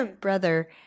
brother